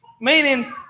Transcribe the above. meaning